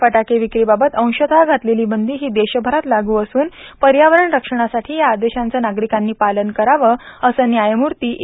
फटाके विक्रीबाबत अंशतः घातलेली बंदी ही देशभरात लागू असून पर्यावरण रक्षणासाठी या आदेशांचे नागरिकांनी पालन करावं असे न्यायमूर्ती ए